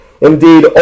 Indeed